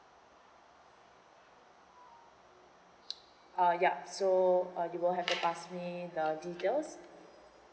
uh yup so uh you will have to pass me the details